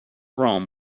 rome